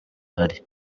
hari